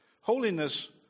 Holiness